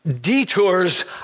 detours